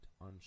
on